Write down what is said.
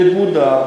מגודר,